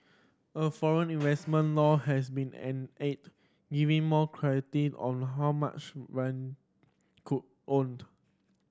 a foreign investment law has been giving more clarity on how much could owned